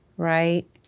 right